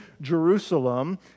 Jerusalem